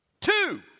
Two